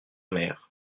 mer